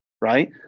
right